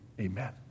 Amen